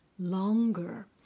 longer